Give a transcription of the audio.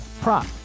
prop